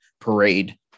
parade